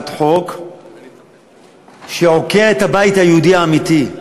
חוק שעוקרת את הבית היהודי האמיתי,